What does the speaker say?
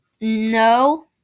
no